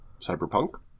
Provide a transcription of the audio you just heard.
Cyberpunk